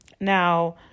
Now